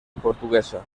portuguesa